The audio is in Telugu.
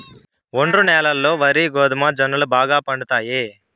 ఒండ్రు న్యాలల్లో వరి, గోధుమ, జొన్నలు బాగా పండుతాయి